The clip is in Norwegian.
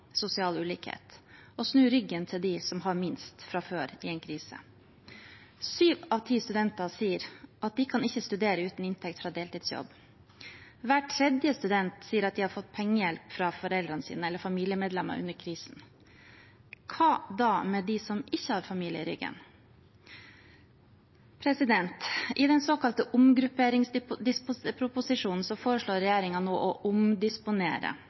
sosial ulikhet, å snu ryggen til dem som har minst fra før i en krise. Syv av ti studenter sier at de ikke kan studere uten inntekt fra deltidsjobb. Hver tredje student sier at de har fått pengehjelp fra foreldrene sine eller familiemedlemmer under krisen. Hva da med dem som ikke har familie i ryggen? I den såkalte omgrupperingsproposisjonen foreslår regjeringen nå å omdisponere